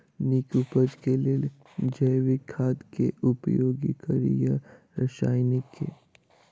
नीक उपज केँ लेल जैविक खाद केँ उपयोग कड़ी या रासायनिक केँ?